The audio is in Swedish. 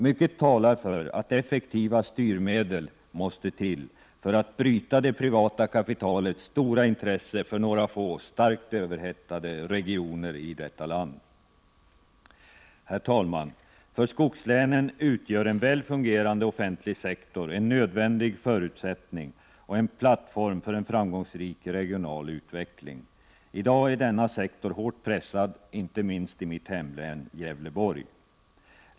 Mycket talar för att effektiva styrmedel måste till för att bryta det privata kapitalets stora intresse för några få, starkt överhettade regioner i landet. Herr talman! För skogslänen utgör en väl fungerande offentlig sektor en nödvändig förutsättning och plattform för en framgångsrik regional utveckling. I dag är denna sektor hårt pressad, inte minst i mitt hemlän Gävleborg.